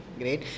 great